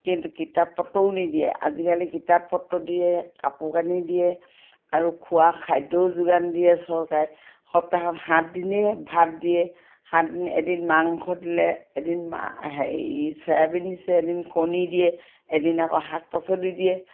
কিন্তু কিতাপ পত্ৰও নিদিয়ে আজিকালি কিতাপ পত্ৰ দিয়ে কাপোৰ কানি দিয়ে আৰু খোৱা খাদ্যও যোগান দিয়ে চৰকাৰে সপ্তাহত সাত দিনেই ভাত দিয়ে সাতদিন মাংস দিলে এদিনা হেৰি চয়াবিন দিছে এদিন কণী দিয়ে এদিন আকৌ শাক পাচলি দিয়ে